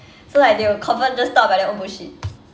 so like they will confirm just talk about their own bullshit